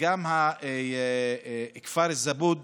גם כפר זבוד